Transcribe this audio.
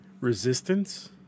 resistance